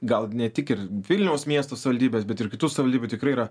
gal ne tik ir vilniaus miesto savivaldybės bet ir kitų savivaldybių tikrai yra